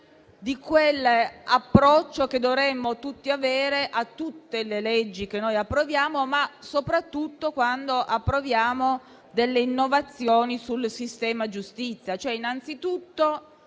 di quell'approccio che dovremmo tutti avere a tutte le leggi che approviamo, ma soprattutto quando introduciamo delle innovazioni sul sistema giustizia. Occorre cioè innanzitutto